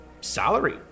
salary